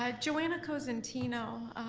ah joanna cosentino,